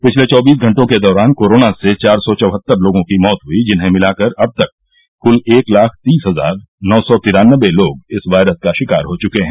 पिछले चौबीस घंटों के दौरान कोरोना से चार सौ चौहत्तर लोगों की मौत हुई जिन्हें मिलाकर अब तक कुल एक लाख तीस हजार नौ सौ तिरानबे लोग इस वायरस का शिकार हो चुके हैं